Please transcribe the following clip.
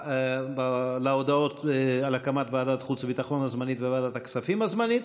המליאה להודעות על הקמת ועדת החוץ והביטחון הזמנית וועדת הכספים הזמנית,